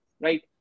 right